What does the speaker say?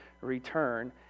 return